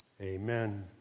Amen